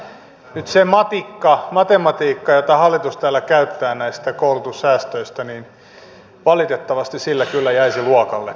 kyllä nyt sillä matikalla matematiikalla jota hallitus täällä käyttää näistä koulutussäästöistä valitettavasti jäisi luokalle koulussa